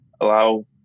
allow